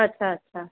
અચ્છા અચ્છા